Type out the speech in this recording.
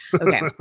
Okay